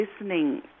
listening